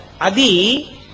Adi